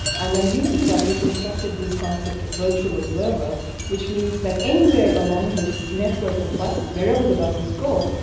and then using that we constructed this concept of virtual observer which means that anywhere along this network of buses, wherever the buses go,